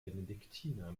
benediktiner